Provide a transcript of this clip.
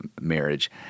marriage